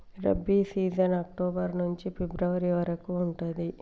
rabi season October నుంచి ఫిబ్రవరి వరకు ఉంటది